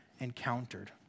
encountered